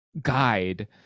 guide